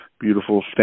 beautiful